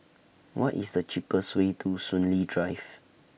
What IS The cheapest Way to Soon Lee Drive